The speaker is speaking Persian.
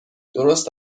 درست